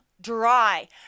dry